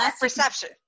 perception